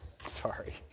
sorry